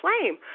flame